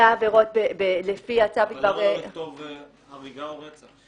אלו עבירות לפי ההצעה בדבר --- למה לא לכתוב הריגה או רצח?